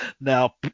now